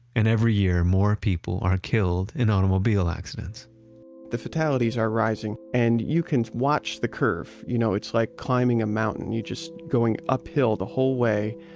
and every year, more people are killed in automobile accidents the fatalities are rising, and you can watch the curve. you know it's like climbing a mountain. you're just going uphill the whole way.